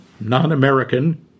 non-American